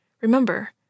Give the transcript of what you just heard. Remember